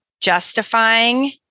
justifying